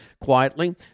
quietly